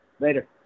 Later